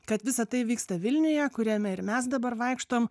kad visa tai vyksta vilniuje kuriame ir mes dabar vaikštom